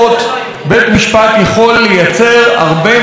בית משפט יכול לייצר הרבה מאוד כלים